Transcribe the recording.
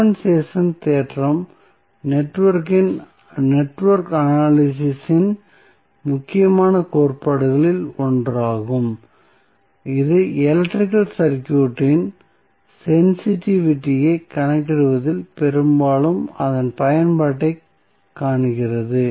compensation தேற்றம் network analysis இன் முக்கியமான கோட்பாடுகளில் ஒன்றாகும் இது எலக்ட்ரிகல் சர்க்யூட்டின் சென்சிட்டிவிட்டியை கணக்கிடுவதில் பெரும்பாலும் அதன் பயன்பாட்டைக் காண்கிறது